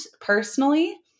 personally